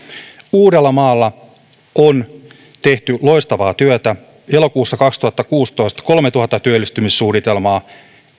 uudellamaalla on tehty loistavaa työtä elokuussa kaksituhattakuusitoista kolmetuhatta työllistymissuunnitelmaa vuonna